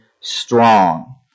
strong